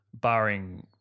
barring